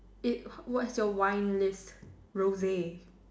it what is your wine list Rosy